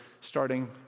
starting